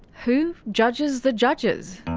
who judges the judges?